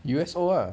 U_S_O ah